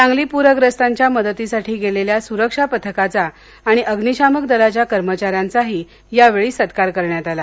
सांगली पुरग्रस्तांसाठी गेलेल्या सुरक्षा पथकाचा आणि अग्निशामक दलाच्या कर्मचाऱ्यांचाही यावेळी सत्कार करण्यात आला